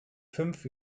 fünf